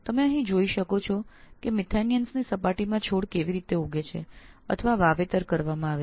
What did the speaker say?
આપ અહીં જોઈ શકો છો કે મિથેનીયનો ની સપાટીમાં છોડ કઈ રીતે ઉગે છે અથવા કઈ રીતે તેનું વાવેતર કરવામાં આવે છે